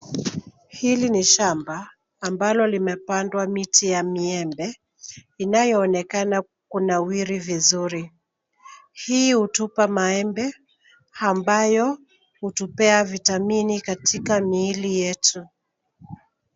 Hili ni shamba ambalo limepandwa miti ya miembe inayoonekana kunawiri vizuri. Hii hutupa maembe ambayo hutupea vitamini katika miili yetu.